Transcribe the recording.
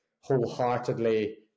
wholeheartedly